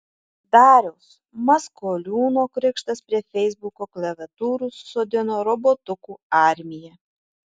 dariaus maskoliūno krikštas prie feisbuko klaviatūrų susodino robotukų armiją